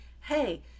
hey